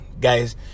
guys